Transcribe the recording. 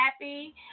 happy